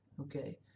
okay